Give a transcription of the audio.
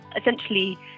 essentially